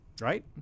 right